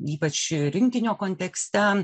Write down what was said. ypač rinkinio kontekste